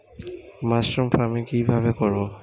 Mushroom farming কি ভাবে করব?